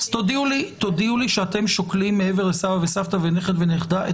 תודיעו לי שאתם שוקלים מעבר לסבא וסבתא ונכד ונכדה,